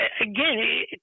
again